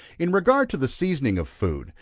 in regard to the seasoning of food,